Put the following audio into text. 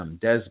Des